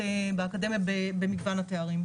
באקדמיה במגוון התארים.